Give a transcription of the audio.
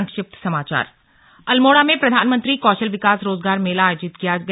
संक्षिप्त समाचार अल्मोड़ा में प्रधानमंत्री कौषल विकास रोजगार मेला आयोजित किया गया